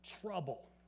trouble